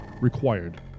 required